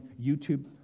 YouTube